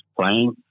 playing